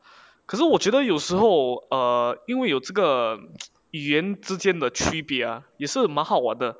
可是我觉得有时候 err 因为有这个语言之间的区别 ah 也是蛮好玩的